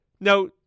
Now